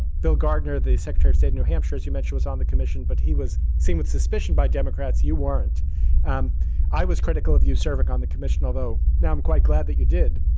bill gardner, the secretary said new hampshire, as you mentioned, is on the commission, but he was seen with suspicion by democrats. you weren't and i was critical of you serving on the commission, although now i'm quite glad that you did.